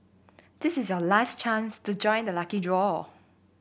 this is your last chance to join the lucky draw